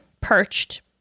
perched